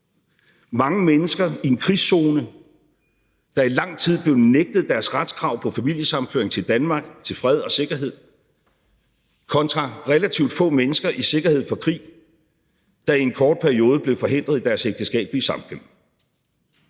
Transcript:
Mange mennesker i en krigszone, der i lang tid blev nægtet deres retskrav på familiesammenføring til fred og sikkerhed i Danmark, kontra relativt få mennesker i sikkerhed for krig, der i en kort periode blev forhindret i deres ægteskabelige samkvem.